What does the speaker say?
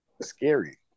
scary